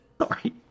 Sorry